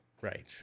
Right